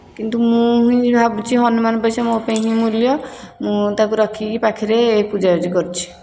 କିନ୍ତୁ ମୁଁ ହିଁ ଭାବୁଛି ହନୁମାନ ପଇସା ମୋ ପାଇଁ ହିଁ ମୂଲ୍ୟ ମୁଁ ତାକୁ ରଖିକି ପାଖରେ ପୂଜାପୂଜି କରୁଛି